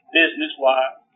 business-wise